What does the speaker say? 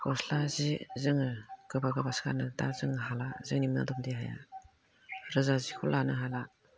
गस्ला जि गोबा गोबा सो गानो दा जों हाला रोजा जिखौ लानो हाला